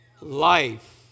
Life